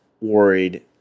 worried